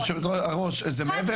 רגע